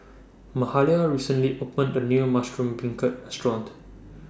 Mahalia recently opened A New Mushroom Beancurd Restaurant